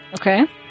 Okay